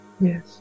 Yes